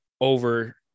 over